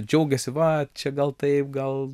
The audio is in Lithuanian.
džiaugiasi va čia gal taip gal